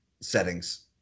settings